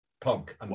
Punk